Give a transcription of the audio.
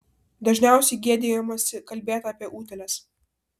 dažniausiai gėdijamasi kalbėti apie utėles